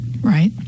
Right